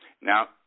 Now